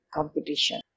Competition